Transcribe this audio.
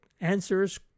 Answers